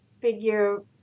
figure